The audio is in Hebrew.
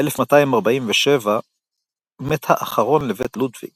ב-1247 מת האחרון לבית לודביג